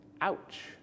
Ouch